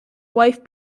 wife